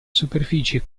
superficie